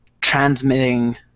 transmitting